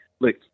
look